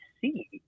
see